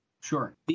Sure